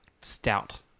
stout